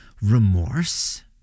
remorse